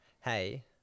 Hey